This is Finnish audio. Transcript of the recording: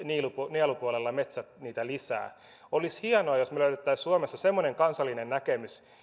nielupuolella metsät niitä sitovat olisi hienoa jos me löytäisimme suomessa semmoisen kansallisen näkemyksen